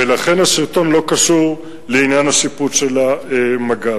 ולכן הסרטון לא קשור לעניין השיפוט של המג"ד.